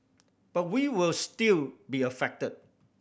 but we will still be affected